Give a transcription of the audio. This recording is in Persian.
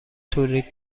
تولید